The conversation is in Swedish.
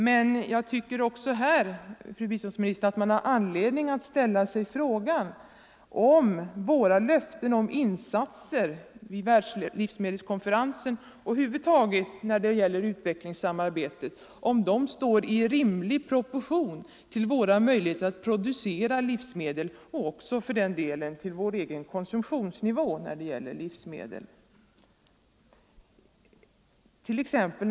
Men jag tycker också här, fru biståndsminister, att man har anledning ställa sig frågan, om våra löften om insatser vid världslivsmedelskonferensen och över huvud taget när det gäller utvecklingssamarbetet står i rimlig proportion till våra möjligheter att producera livsmedel och även, för den delen, till vår egen konsumtionsnivå i fråga om livsmedel.